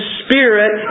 spirit